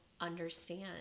understand